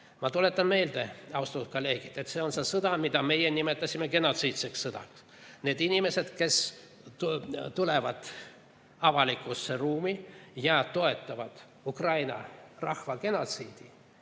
Ma tuletan meelde, austatud kolleegid, et see on sõda, mida meie nimetasime genotsiidseks sõjaks. Nendel inimestel, kes tulevad avalikku ruumi ja toetavad Ukraina rahva genotsiidi,